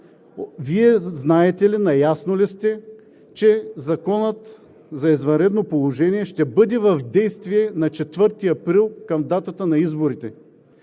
Вие знаете ли, наясно ли сте, че Законът за извънредното положение ще бъде в действие на 4 април – към датата на изборите?